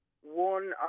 one